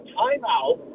timeout